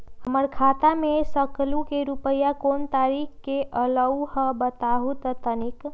हमर खाता में सकलू से रूपया कोन तारीक के अलऊह बताहु त तनिक?